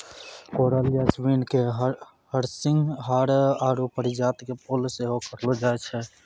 coral jasmine के हरसिंहार आरु परिजात के फुल सेहो कहलो जाय छै